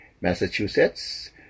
Massachusetts